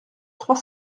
trois